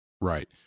Right